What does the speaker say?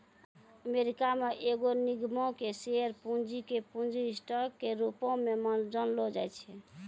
America मे एगो निगमो के शेयर पूंजी के पूंजी स्टॉक के रूपो मे जानलो जाय छै